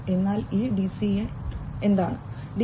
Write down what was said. എന്താണ് ഈ DCN